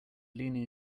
leaning